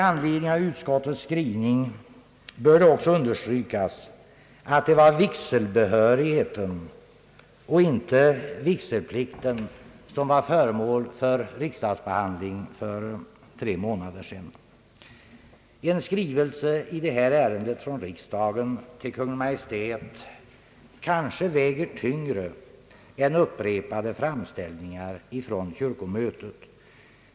I anledning av utskottets skrivning bör det också understrykas att det var vigselbehörigheten, inte vigselplikten, som var föremål för riksdagsbehandling för tre månader sedan. En skrivelse i det här ärendet från riksdagen till Kungl Maj:t väger kanske tyngre än upprepade framställningar från kyrkomötet.